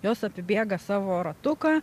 jos apibėga savo ratuką